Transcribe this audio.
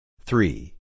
Three